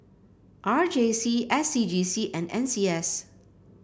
R J C S C G C and N C S